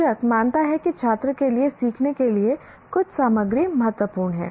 शिक्षक मानता है कि छात्र के लिए सीखने के लिए कुछ सामग्री महत्वपूर्ण है